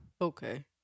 Okay